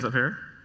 ah here?